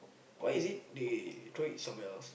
why is it they throw it somewhere else